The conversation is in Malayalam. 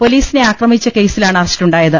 പൊലീസിനെ ആക്രമിച്ച കേസിലാണ് അറസ്റ്റുണ്ടായ ത്